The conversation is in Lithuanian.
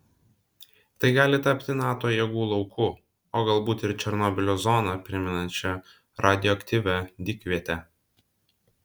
tai gali tapti nato jėgų lauku o galbūt ir černobylio zoną primenančia radioaktyvia dykviete